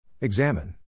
Examine